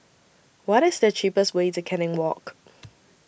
What IS The cheapest Way to Canning Walk